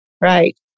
right